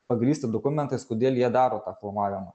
pagrįsti dokumentais kodėl jie daro tą filmavimą